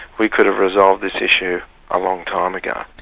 we could have resolved this issue a long time ago.